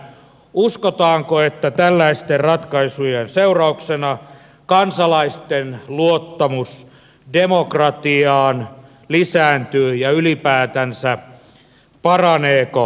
uskotaanko että tällaisten ratkaisujen seurauksena kansalaisten luottamus demokratiaan lisääntyy ja ylipäätänsä paraneeko parlamentarismin uskottavuus